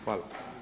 Hvala.